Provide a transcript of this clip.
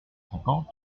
cinquante